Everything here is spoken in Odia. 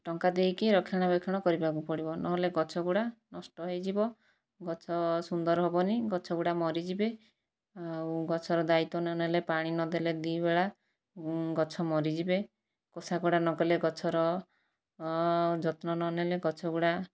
ଟଙ୍କା ଦେଇକି ରକ୍ଷଣାବେକ୍ଷଣ କରିବାକୁ ପଡ଼ିବ ନହେଲେ ଗଛଗୁଡ଼ିକ ନଷ୍ଟ ହେଇଯିବ ଗଛ ସୁନ୍ଦର ହେବନାହିଁ ଗଛଗୁଡ଼ିକ ମରିଯିବେ ଆଉ ଗଛର ଦାୟିତ୍ଵ ନନେଲେ ପାଣି ନଦେଲେ ଦୁଇ ବେଳା ଗଛ ମରିଯିବେ କୋଷାକୋଡ଼ା ନକଲେ ଗଛର ଯତ୍ନ ନନେଲେ ଗଛଗୁଡ଼ିକ